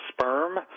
sperm